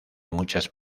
muchas